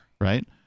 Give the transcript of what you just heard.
Right